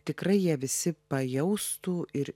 tikrai jie visi pajaustų ir